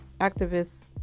activists